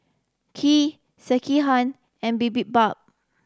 Kheer Sekihan and Bibimbap